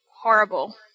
horrible